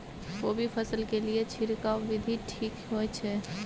कोबी फसल के लिए छिरकाव विधी ठीक होय छै?